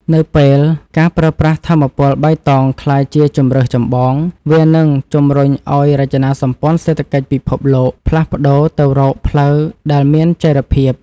នៅពេលការប្រើប្រាស់ថាមពលបៃតងក្លាយជាជម្រើសចម្បង វានឹងជម្រុញឱ្យរចនាសម្ព័ន្ធសេដ្ឋកិច្ចពិភពលោកផ្លាស់ប្តូរទៅរកផ្លូវដែលមានចីរភាព។